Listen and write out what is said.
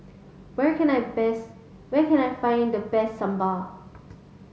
where can I best where can I find the best Sambar